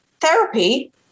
therapy